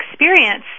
experience